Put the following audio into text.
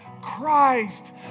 Christ